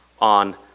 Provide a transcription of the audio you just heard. on